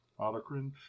Autocrine